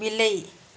ବିଲେଇ